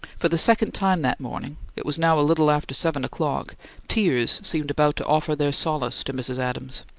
for the second time that morning it was now a little after seven o'clock tears seemed about to offer their solace to mrs. adams.